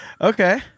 Okay